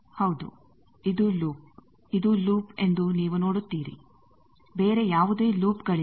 ಹೌದು ಇದು ಲೂಪ್ ಇದು ಲೂಪ್ ಎಂದು ನೀವು ನೋಡುತ್ತೀರಿ ಬೇರೆ ಯಾವುದೇ ಲೂಪ್ಗಳಿಲ್ಲ